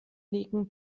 liegen